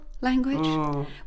language